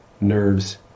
Nerves